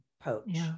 poach